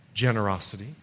Generosity